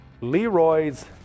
Leroy's